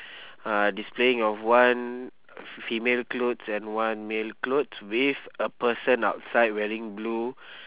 uh displaying of one f~ female clothes and one male clothes with a person outside wearing blue